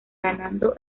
ganando